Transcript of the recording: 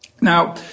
Now